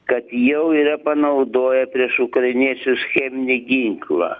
kad jau yra panaudoję prieš ukrainiečius cheminį ginklą